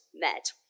met